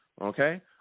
Okay